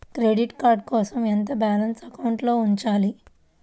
Credit card కోసం ఎంత balance అకౌంట్లో ఉంచాలి?